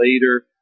later